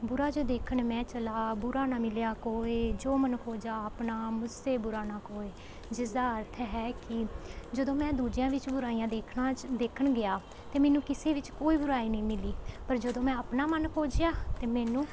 ਬੁਰਾ ਜੋ ਦੇਖਣ ਮੈਂ ਚਲਾ ਬੁਰਾ ਨਾ ਮਿਲਿਆ ਕੋਇ ਜੋ ਮਨ ਖੋਜਾ ਆਪਣਾ ਮੁਝਸੇ ਬੁਰਾ ਨਾ ਕੋਇ ਜਿਸ ਦਾ ਅਰਥ ਹੈ ਕਿ ਜਦੋਂ ਮੈਂ ਦੂਜਿਆਂ ਵਿੱਚ ਬੁਰਾਈਆਂ ਦੇਖਣਾ ਚ ਦੇਖਣ ਗਿਆ ਤਾਂ ਮੈਨੂੰ ਕਿਸੇ ਵਿੱਚ ਕੋਈ ਬੁਰਾਈ ਨਹੀਂ ਮਿਲੀ ਪਰ ਜਦੋਂ ਮੈਂ ਆਪਣਾ ਮਨ ਖੋਜਿਆ ਤਾਂ ਮੈਨੂੰ